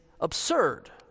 absurd